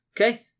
Okay